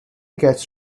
gets